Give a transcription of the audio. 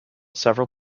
several